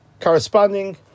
corresponding